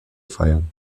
feiern